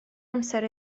amser